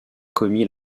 commis